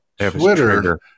Twitter